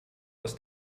aus